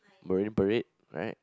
Marina-Parade right